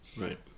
Right